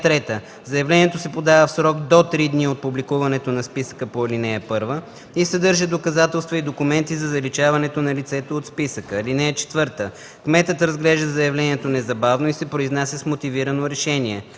(3) Заявлението се подава в срок до три дни от публикуването на списъка по ал. 1 и съдържа доказателства и документи за заличаването на лицето от списъка. (4) Кметът разглежда заявлението незабавно и се произнася с мотивирано решение.